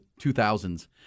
2000s